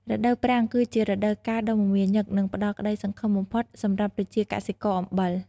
រដូវប្រាំងគឺជារដូវកាលដ៏មមាញឹកនិងផ្តល់ក្តីសង្ឃឹមបំផុតសម្រាប់ប្រជាកសិករអំបិល។